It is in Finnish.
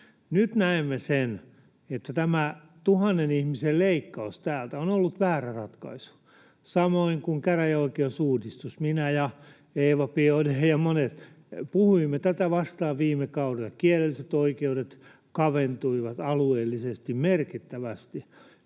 Nyt näemme sen, että tämä tuhannen ihmisen leikkaus täältä on ollut väärä ratkaisu samoin kuin käräjäoikeusuudistus. Minä ja Eva Biaudet ja monet puhuimme tätä vastaan viime kaudella. Kielelliset oikeudet kaventuivat alueellisesti merkittävästi.